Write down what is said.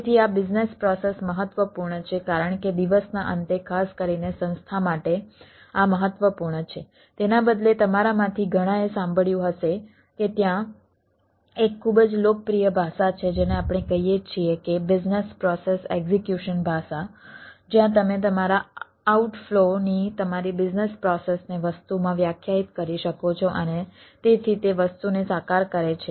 તેથી આ business process મહત્વપૂર્ણ છે કારણ કે દિવસના અંતે ખાસ કરીને સંસ્થા માટે આ મહત્વપૂર્ણ છે તેના બદલે તમારામાંથી ઘણાએ સાંભળ્યું હશે કે ત્યાં એક ખૂબ જ લોકપ્રિય ભાષા છે જેને આપણે કહીએ છીએ કે બિઝનેસ પ્રોસેસ એક્ઝિક્યુશન ભાષા જ્યાં તમે તમારા આઉટફ્લો ની તમારી બિઝનેસ પ્રોસેસને વસ્તુમાં વ્યાખ્યાયિત કરી શકો છો અને તેથી તે વસ્તુને સાકાર કરે છે